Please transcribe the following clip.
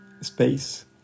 space